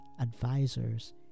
advisors